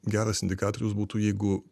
geras indikatorius būtų jeigu